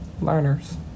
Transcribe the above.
learners